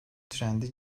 trendi